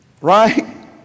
right